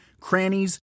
crannies